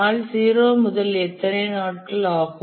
நாள் 0 முதல் எத்தனை நாட்கள் ஆகும்